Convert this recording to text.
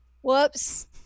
Whoops